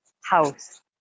house